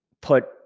put